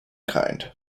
kind